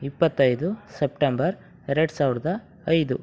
ಇಪ್ಪತ್ತೈದು ಸಪ್ಟೆಂಬರ್ ಎರಡು ಸಾವಿರದ ಐದು